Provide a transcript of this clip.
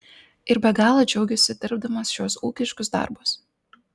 ir be galo džiaugiasi dirbdamas šiuos ūkiškus darbus